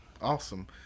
awesome